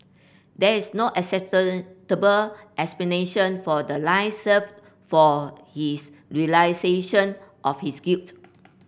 there is no explanation for the lies save for his realisation of his guilt